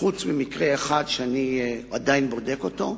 חוץ ממקרה אחד, שאני עדיין בודק אותו,